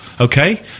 Okay